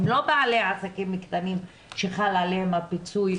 הם לא בעלי עסקים קטנים שחל עליהם הפיצוי